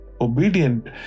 obedient